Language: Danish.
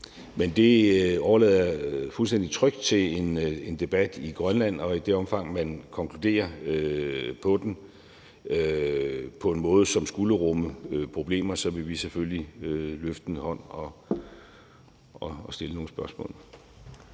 Men det overlader jeg fuldstændig trygt til en debat i Grønland, og i det omfang, man konkluderer på den på en måde, som skulle rumme problemer, så vil vi selvfølgelig løfte en hånd og stille nogle spørgsmål.